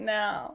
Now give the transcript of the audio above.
now